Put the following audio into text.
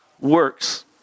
works